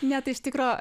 ne tai iš tikro